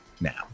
now